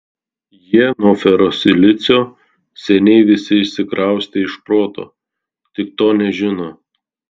jie nuo ferosilicio seniai visi išsikraustė iš proto tik to dar nežino